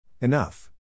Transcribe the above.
Enough